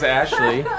ashley